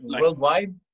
worldwide